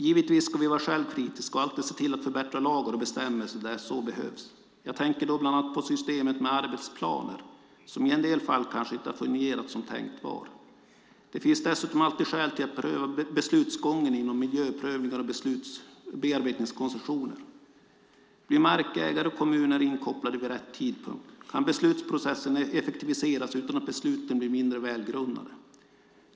Givetvis ska vi vara självkritiska och alltid se till att förbättra lagar och bestämmelser där så behövs. Jag tänker då bland annat på systemet med arbetsplaner som i en del fall kanske inte har fungerat som tänkt var. Det finns dessutom alltid skäl att pröva beslutsgången inom miljöprövningar och bearbetningskoncessioner. Blir markägare och kommuner inkopplade vid rätt tidpunkt? Kan beslutsprocessen effektiviseras utan att besluten blir mindre välgrundade?